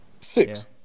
Six